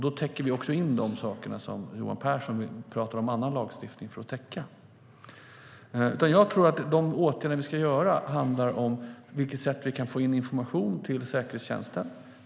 Då täcker vi också in de saker som Johan Pehrson talar om annan lagstiftning för att täcka. De åtgärder vi ska vidta handlar om på vilket sätt vi kan få in information till säkerhetstjänsten.